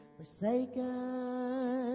forsaken